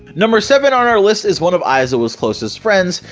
number seven on our list, is one of aizawa's closest friends,